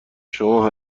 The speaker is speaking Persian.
شما